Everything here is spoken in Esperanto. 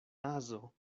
nazo